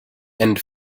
and